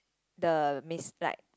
the miss like